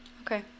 Okay